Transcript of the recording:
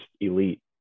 elite